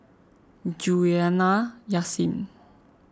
Juliana Yasin